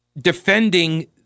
defending